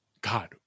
God